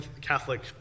Catholic